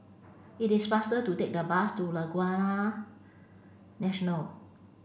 it is faster to take the bus to Laguna National